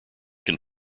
can